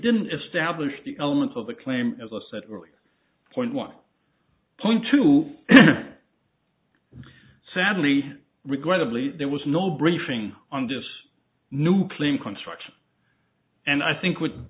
didn't establish the elements of the claim as i said earlier point one point two sadly regrettably there was no briefing on this new clean construction and i think w